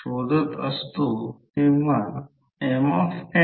आणि टर्न 500 आहेत आपण कॉइल 2 ला लक्षात घेत नाही फक्त 1 पाहत आहोत